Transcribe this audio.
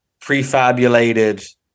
prefabulated